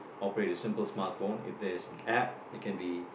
operate a simple smartphone if there is an App it can be